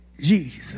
Jesus